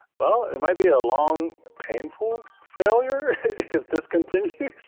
well, it might be a long, painful failure if this continues